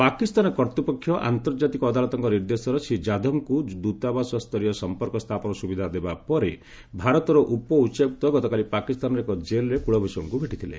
ପାକିସ୍ତାନ କର୍ତ୍ତପକ୍ଷ ଆନ୍ତର୍ଜାତିକ ଅଦାଲତଙ୍କ ନିର୍ଦ୍ଦେଶରେ ଶ୍ରୀ ଯାଧବଙ୍କୁ ଦୂତାବାସ ସ୍ତରୀୟ ସମ୍ପର୍କ ସ୍ଥାପନ ସୁବିଧା ଦେବା ପରେ ଭାରତର ଉପ ଉଚ୍ଚାୟୁକ୍ତ ଗତକାଲି ପାକିସ୍ତାନର ଏକ ଜେଲ୍ରେ କୁଲଭ୍ଷଣଙ୍କୁ ଭେଟିଥିଲେ